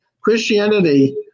Christianity